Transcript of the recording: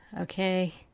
Okay